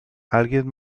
alguien